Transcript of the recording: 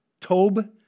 Tob